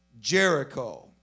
Jericho